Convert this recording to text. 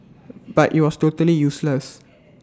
but IT was totally useless